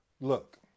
Look